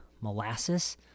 molasses